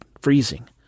freezing